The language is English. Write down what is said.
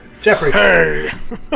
Jeffrey